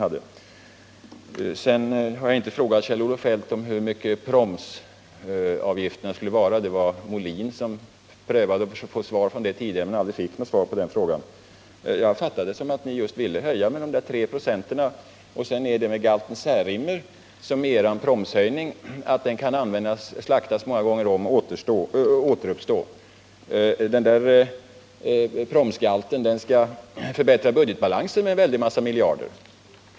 Jag har inte frågat Kjell-Olof Feldt hur stor promsen skulle vara; det var Björn Molin som förgäves försökte få ett svar på den frågan. Jag fattade det så att ni ville höja med just 3 96, och sedan är det med er proms som med galten Särimner: den kan slaktas många gånger och återuppstå igen. Den där promsgalten skall förbättra budgetbalansen med en massa miljarder.